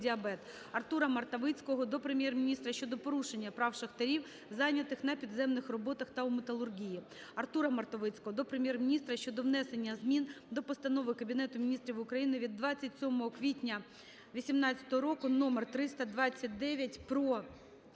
Артура Мартовицького до Прем'єр-міністра щодо порушення прав шахтарів, зайнятих на підземних роботах та в металургії. Артура Мартовицького до Прем'єр-міністра щодо внесення змін до Постанови Кабінету Міністрів України від 27 квітня 2018 року № 329 "Про